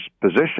position